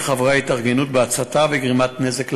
חברי ההתארגנות בהצתה וגרימת נזק לעצים.